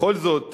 בכל זאת,